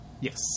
Yes